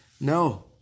No